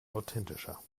authentischer